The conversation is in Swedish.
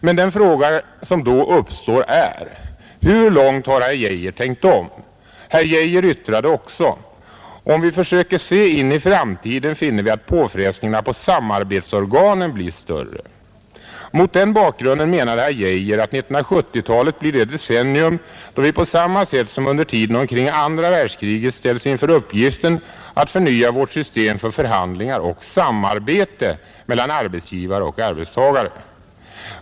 Men den fråga som då uppstår är: Hur långt har herr Geijer tänkt om? Herr Geijer yttrade också: ”Om vi försöker se in i framtiden finner vi snart att påfrestningarna på samarbetsorganen blir större.” Mot den bakgrunden menade herr Geijer ”att 1970-talet blir det decennium då vi på samma sätt som under tiden omkring andra världskriget ställs inför uppgiften att förnya vårt system för förhandlingar och samarbete mellan arbetsgivare och arbetstagare”.